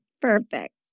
perfect